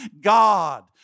God